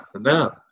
no